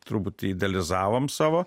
truputį idealizavom savo